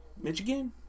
Michigan